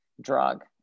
drug